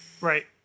Right